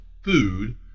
food